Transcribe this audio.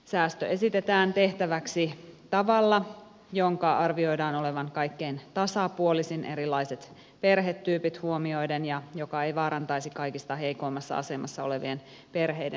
säästö esitetään tehtäväksi tavalla jonka arvioidaan olevan kaikkein tasapuolisin erilaiset perhetyypit huomioiden ja joka ei vaarantaisi kaikista heikoimmassa asemassa olevien perheiden toimeentuloa